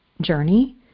journey